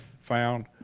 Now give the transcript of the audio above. found